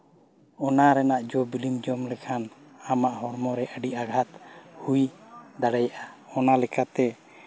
ᱚᱱᱟ ᱨᱮᱱᱟᱜ ᱡᱚ ᱵᱤᱞᱤᱢ ᱡᱚᱢ ᱞᱮᱠᱷᱟᱱ ᱟᱢᱟᱜ ᱦᱚᱲᱢᱚ ᱨᱮ ᱟᱹᱰᱤ ᱟᱜᱷᱟᱛ ᱦᱩᱭ ᱫᱟᱲᱮᱭᱟᱜᱼᱟ ᱚᱱᱟ ᱞᱮᱠᱟᱛᱮ